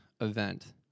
event